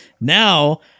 Now